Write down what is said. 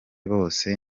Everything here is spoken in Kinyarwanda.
bose